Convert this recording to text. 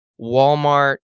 Walmart